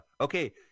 okay